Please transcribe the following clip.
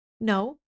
no